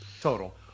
total